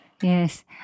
Yes